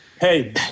hey